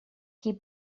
qui